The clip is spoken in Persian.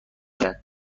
کرد